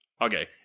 okay